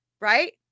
right